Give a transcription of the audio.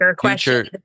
Future